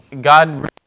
God